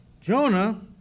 Jonah